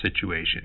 situation